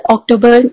October